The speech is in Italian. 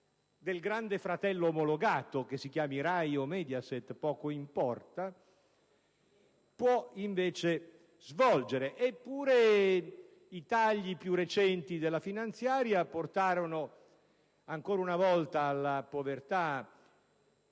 del «Grande fratello» omologato - che si chiami RAI o Mediaset poco importa - può svolgere. Eppure i tagli più recenti della finanziaria portarono, ancora una volta e più